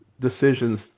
decisions